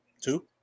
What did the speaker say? Two